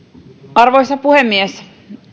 arvoisa puhemies